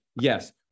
yes